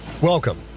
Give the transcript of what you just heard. Welcome